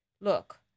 Look